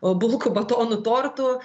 bulkų batonų tortų